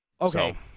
Okay